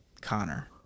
Connor